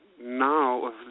now